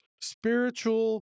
spiritual